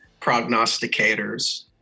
prognosticators